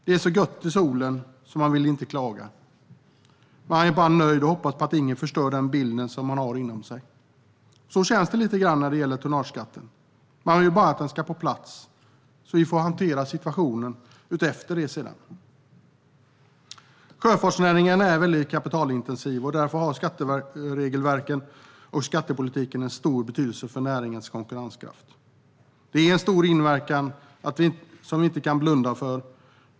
Det är så gött i solen att man inte vill klaga. Man är bara nöjd och hoppas på att ingen förstör den bild som man har inom sig. Så känns det lite grann när det gäller tonnageskatten; man vill bara att den ska komma på plats, och så får vi hantera situationen utefter det sedan. Sjöfartsnäringen är kapitalintensiv. Därför har skatteregelverken och skattepolitiken stor betydelse för näringens konkurrenskraft. Det är en stor inverkan, som vi inte kan blunda för.